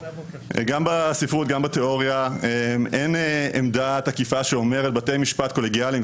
גם בספרות גם בתיאוריה אין עמדה תקיפה שאומרת שבתי משפט קולגיאליים,